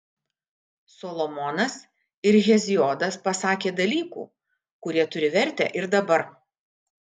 solomonas ir heziodas pasakė dalykų kurie turi vertę ir dabar